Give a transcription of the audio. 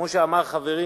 כמו שאמר חברי